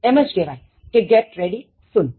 એમ જ કહેવાય કે get ready soon